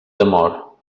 temor